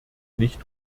nicht